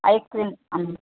ice cream am